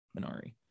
Minari